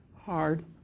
hard